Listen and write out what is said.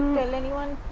tell anyone?